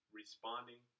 responding